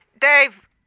Dave